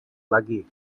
lagi